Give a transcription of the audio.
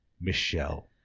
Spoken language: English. Michelle